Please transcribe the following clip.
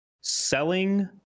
selling